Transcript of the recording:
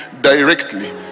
Directly